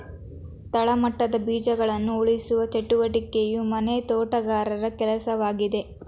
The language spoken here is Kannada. ತಳಮಟ್ಟದ ಬೀಜಗಳನ್ನ ಉಳಿಸುವ ಚಟುವಟಿಕೆಯು ಮನೆ ತೋಟಗಾರರ ಕೆಲ್ಸವಾಗಿದೆ